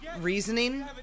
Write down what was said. reasoning